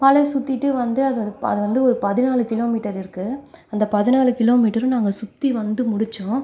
மலை சுற்றிட்டு வந்து அது வந்து அது வந்து ஒரு பதினாலு கிலோமீட்டர் இருக்குது அந்த பதினாலு கிலோமீட்டரும் நாங்கள் சுற்றி வந்து முடித்தோம்